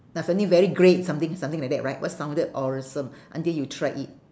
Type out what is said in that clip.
definitely very great something something like that right what sounded awesome until you tried it